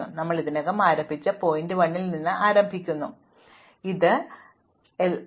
അതിനാൽ ഞങ്ങൾ ഇതിനകം ആരംഭിച്ച ശീർഷകം 1 ൽ നിന്ന് ആരംഭിക്കുന്നു നമുക്ക് അവിടെ എത്താൻ കഴിയും കാരണം ഞങ്ങൾ അവിടെ ആരംഭിക്കുന്നു